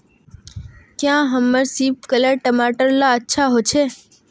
क्याँ हमार सिपकलर टमाटर ला अच्छा होछै?